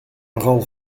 nogal